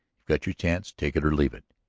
got your chance take it or leave it,